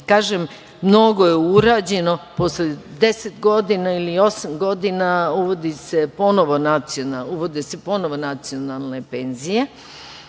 mnogo je urađeno, posle deset ili osam godina uvode se ponovo nacionalne penzije.